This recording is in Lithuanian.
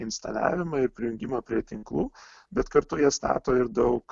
instaliavimą ir prijungimą prie tinklų bet kartu jie stato ir daug